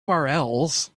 urls